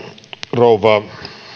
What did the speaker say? rouva